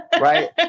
right